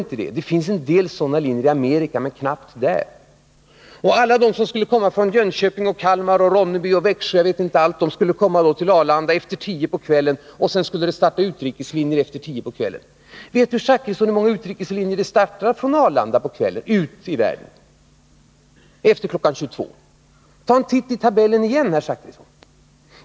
Det finns en del sådana här linjer i Amerika, men knappast många. Alla de som skulle komma från Jönköping och Kalmar och Ronneby och Växjö och jag vet inte allt skulle anlända till Arlanda efter kl. 10 på kvällen, och sedan skulle det starta utrikeslinjer efter den tiden. Vet herr Zachrisson hur många utrikeslinjer som startar från Arlanda på kvällen ut i världen — alltså efter kl. 22? Ta en titt i tabellen igen, herr Zachrisson!